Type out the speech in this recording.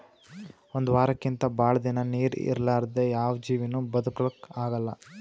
ಒಂದ್ ವಾರಕ್ಕಿಂತ್ ಭಾಳ್ ದಿನಾ ನೀರ್ ಇರಲಾರ್ದೆ ಯಾವ್ ಜೀವಿನೂ ಬದಕಲಕ್ಕ್ ಆಗಲ್ಲಾ